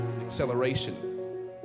acceleration